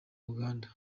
uganda